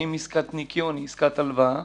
האם עסקת ניכיון היא עסקת הלוואה.